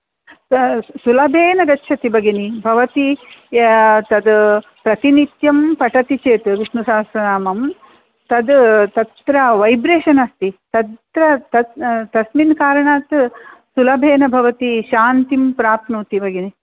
स सुलभेन गच्छति भगिनि भवती य तत् प्रतिनित्यं पठति चेत् विष्णुसहस्रनामं तत् तत्र वैब्रेशन् अस्ति तत् तत्र तस्मिन् कारणात् सुलभेन भवती शान्तिं प्राप्नोति भगिनि